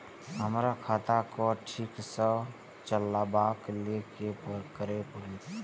हमरा खाता क ठीक स चलबाक लेल की करे परतै